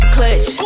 Clutch